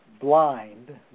blind